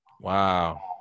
Wow